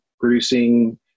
producing